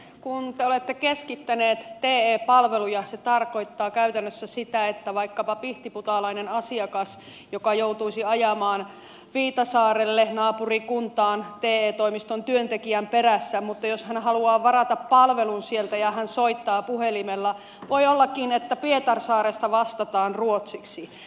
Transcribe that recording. kun te olette keskittäneet te palveluja se tarkoittaa käytännössä sitä että jos vaikkapa pihtiputaalainen asiakas joka joutuisi ajamaan viitasaarelle naapurikuntaan te toimiston työntekijän perässä haluaa varata palvelun sieltä ja hän soittaa puhelimella voi ollakin että pietarsaaresta vastataan ruotsiksi